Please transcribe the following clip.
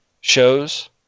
shows